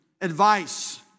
advice